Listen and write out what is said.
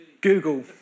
Google